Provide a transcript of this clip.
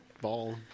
ball